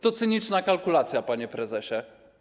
To cyniczna kalkulacja, panie prezesie.